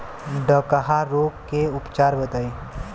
डकहा रोग के उपचार बताई?